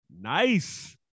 nice